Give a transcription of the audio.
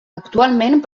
actualment